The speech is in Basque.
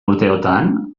urteotan